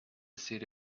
city